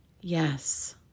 Yes